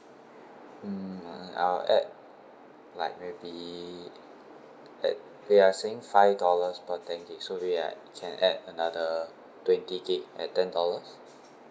um I'll add like maybe add you are saying five dollars per ten gig so maybe I can add another twenty gig at ten dollars